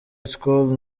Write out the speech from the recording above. school